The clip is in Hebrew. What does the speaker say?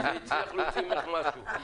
כי זה הצליח להוציא ממך משהו.